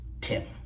Tim